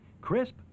Crisp